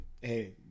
Hey